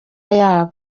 yabo